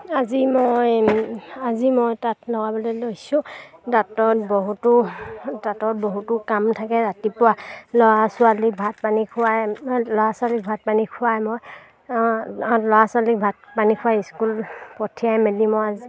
আজি মই আজি মই তাঁত লগাবলে লৈছোঁ তাঁতত বহুতো তাঁতত বহুতো কাম থাকে ৰাতিপুৱা ল'ৰা ছোৱালীক ভাত পানী খুৱাই ল'ৰা ছোৱালীক ভাত পানী খোৱাই মই ল'ৰা ছোৱালীক ভাত পানী খোৱাই স্কুল পঠিয়াই মেলি মই আজি